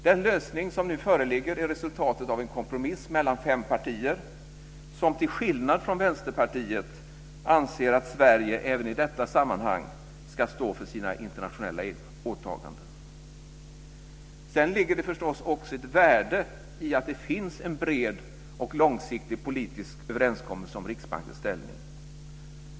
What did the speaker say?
Den lösning som nu föreligger är resultatet av en kompromiss mellan fem partier som, till skillnad från Vänsterpartiet, anser att Sverige även i detta sammanhang ska stå för sina internationella åtaganden. Sedan ligger det förstås också ett värde i att det finns en bred och långsiktig politisk överenskommelse om Riksbankens ställning.